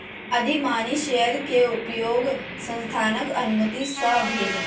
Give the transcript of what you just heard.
अधिमानी शेयर के उपयोग संस्थानक अनुमति सॅ भेल